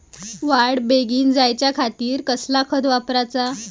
वाढ बेगीन जायच्या खातीर कसला खत वापराचा?